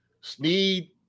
Sneed